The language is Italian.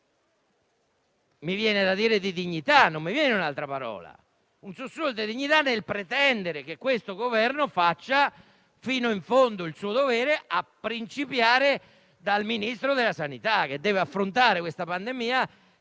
ma un sussulto di dignità, e non mi viene un'altra parola; un sussulto di dignità nel pretendere che questo Governo faccia fino in fondo il proprio dovere, a cominciare dal Ministro della salute che deve affrontare questa pandemia.